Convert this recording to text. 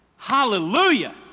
Hallelujah